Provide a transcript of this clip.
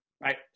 right